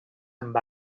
amb